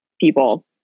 people